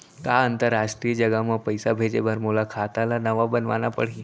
का अंतरराष्ट्रीय जगह म पइसा भेजे बर मोला खाता ल नवा बनवाना पड़ही?